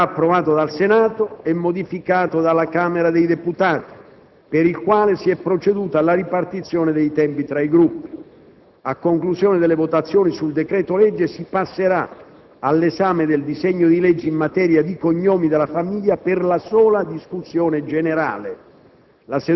già approvato dal Senato e modificato dalla Camera dei deputati, per il quale si è proceduto alla ripartizione dei tempi tra i Gruppi. A conclusione delle votazioni sul decreto-legge si passerà all'esame del disegno di legge in materia di cognomi della famiglia per la sola discussione generale.